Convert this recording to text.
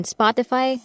Spotify